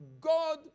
God